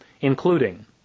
including